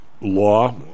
law